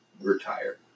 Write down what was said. retire